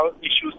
issues